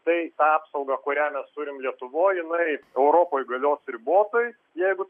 tai tą apsaugą kurią mes turim lietuvoj jinai europoj galios ribotai jeigu